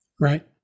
Right